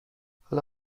حالا